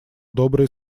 добрые